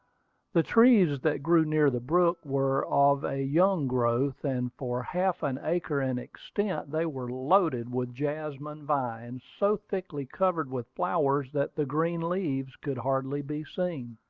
the trees that grew near the brook were of a young growth, and for half an acre in extent they were loaded with jasmine vines so thickly covered with flowers that the green leaves could hardly be seen.